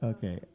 Okay